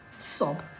Sob